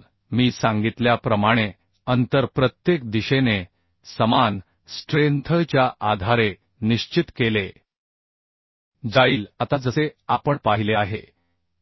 म्हणून मी सांगितल्याप्रमाणे अंतर प्रत्येक दिशेने समान स्ट्रेंथ च्या आधारे निश्चित केले जाईल आता जसे आपण पाहिले आहे